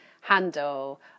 handle